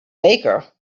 baker